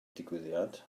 digwyddiad